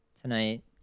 tonight